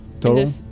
Total